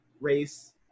race